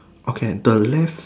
okay the left